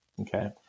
Okay